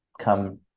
come